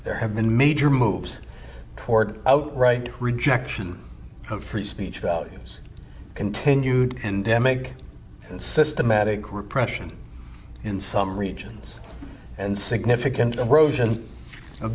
there have been major moves toward outright rejection of free speech values continued endemic and systematic repression in some regions and significant erosion of